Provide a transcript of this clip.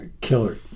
killer